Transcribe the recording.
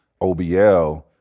OBL